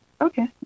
okay